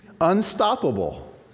unstoppable